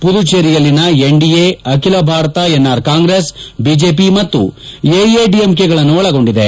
ಪುದುಚೇರಿಯಲ್ಲಿನ NDA Akhila Bharata NR Congress BJP ಮತ್ತು ಎಐಎಡಿಎಂಕೆಗಳನ್ನು ಒಳಗೊಂಡಿದೆ